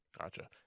gotcha